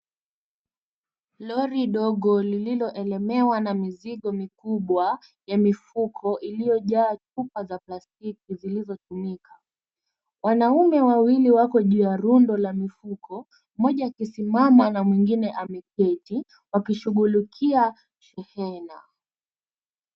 Lori ndogo lililolemewa na mizigo mikubwa ya mifuko iliyojaa chupa za plastiki zilizofinyika. Wanaume wawili wako juu ya rundo la mifuko, mmoja akisimama na mwengine ameketi wakishighulikia shehena.